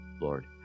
Lord